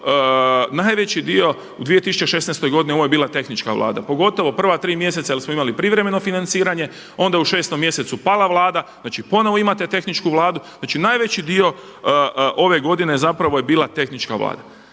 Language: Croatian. najveći dio u 2016. godini ovo je bila tehnička vlada, pogotovo prva tri mjeseca jel smo imali privremeno financiranje onda je u 6. mjesecu pala vlada, znači ponovo imate tehničku vladu. Znači najveći dio ove godine zapravo je bila tehnička vlada.